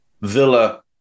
Villa